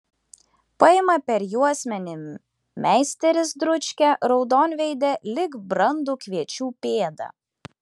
paima per juosmenį meisteris dručkę raudonveidę lyg brandų kviečių pėdą